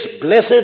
blessed